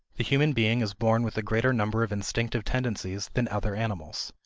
the human being is born with a greater number of instinctive tendencies than other animals.